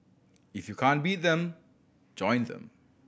if you can't beat them join them